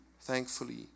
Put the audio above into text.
thankfully